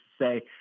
say